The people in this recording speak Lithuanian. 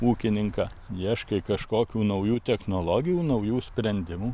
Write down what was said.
ūkininką ieškai kažkokių naujų technologijų naujų sprendimų